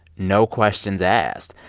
no questions asked.